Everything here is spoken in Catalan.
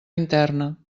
interna